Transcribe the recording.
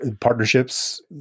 partnerships